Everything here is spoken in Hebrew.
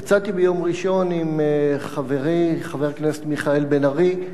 יצאתי ביום ראשון עם חברי חבר הכנסת מיכאל בן-ארי,